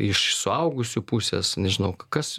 iš suaugusių pusės nežinau kas